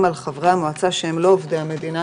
על חברי המועצה שהם לא עובדי המדינה,